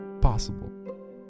possible